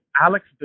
Alex